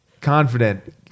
Confident